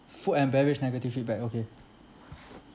food and beverage negative feedback okay